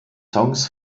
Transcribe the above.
songs